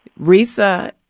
Risa